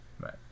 Right